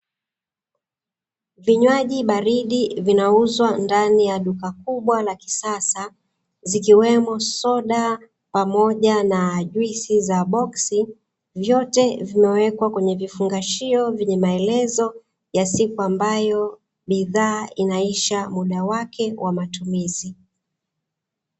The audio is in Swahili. Vinywaji baridi vinauzwa ndani ya duka kubwa la kisasa zikiwemo soda pamoja na juisi za boski, vyote vimewekwa kwenye vifungashio vyenye maelezo ya siku ambayo bidhaa inaisha muda wake wa matumizi.